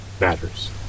matters